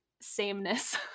sameness